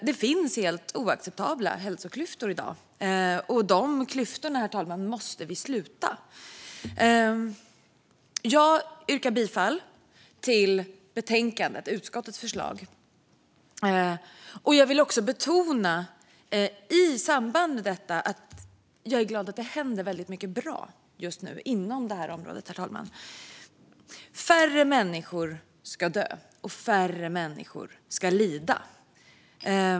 Det finns helt oacceptabla hälsoklyftor i dag, och de klyftorna måste vi sluta. Jag yrkar bifall till utskottets förslag i betänkandet. Jag vill också i samband med detta betona att jag är glad att det händer mycket bra just nu på området. Färre människor ska dö, och färre människor ska lida.